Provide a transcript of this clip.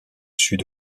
sud